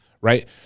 right